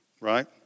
right